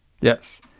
Yes